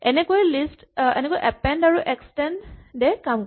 এনেকৈয়ে এপেন্ড আৰু এক্সেন্ড এ কাম কৰে